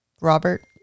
Robert